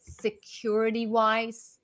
security-wise